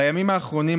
בימים האחרונים,